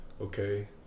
okay